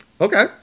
Okay